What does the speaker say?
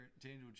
Daniel